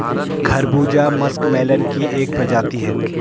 खरबूजा मस्कमेलन की एक प्रजाति है